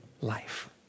life